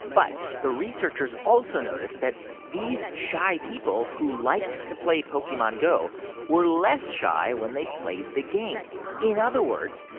but the researchers also noticed that these shy people who liked to play pokemon go were less shy when they played the game oh in other words,